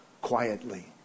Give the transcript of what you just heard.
quietly